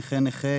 נכה נכה,